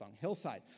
Hillside